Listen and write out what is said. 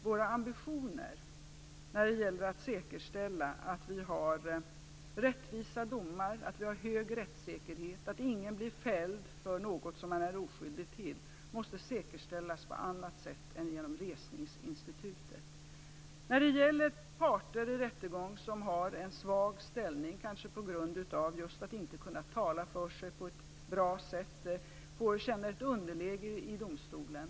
Våra ambitioner att säkerställa rättvisa domar och hög rättssäkerhet, att ingen blir fälld för något som han är oskyldig till, måste garanteras på annat sätt än genom resningsinstitutet. Det kan finnas parter i en rättegång som har en svag ställning, kanske på grund av att de inte kan tala för sig på ett bra sätt. De känner ett underläge i domstolen.